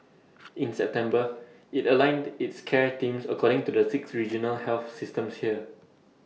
in September IT aligned its care teams according to the six regional health systems here